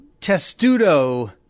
testudo